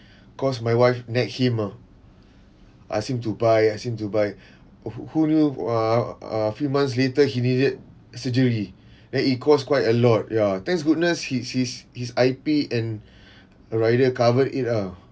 cause my wife nag him ah ask him to buy ask him to buy who who knew uh uh few months later he needed surgery and it cost quite a lot ya thanks goodness he his his I_P and uh rider covered it ah